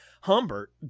Humbert